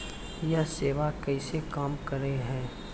यह सेवा कैसे काम करै है?